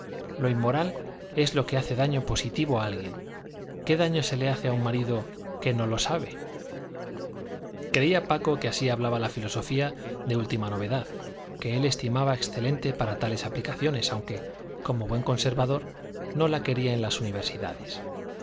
lo inmoral es lo que hace daño positivo a alguien qué daño se le hace a un marido que no lo sabe creía paco que así hablaba la filosofía de última novedad que él estimaba excelente para tales aplicaciones aunque como buen conservador no la quería en las universidades